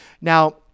Now